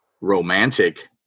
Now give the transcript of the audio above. romantic